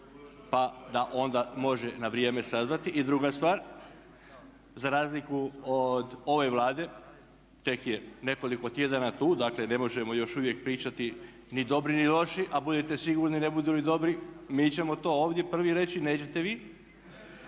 pa da onda može na vrijeme saznati. I druga stvar, za razliku od ove Vlade tek je nekoliko tjedana tu, dakle ne možemo još uvijek pričati ni dobri ni loši, a budite sigurni ne budu li dobri mi ćemo to ovdje prvi reći, nećete vi.